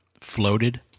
floated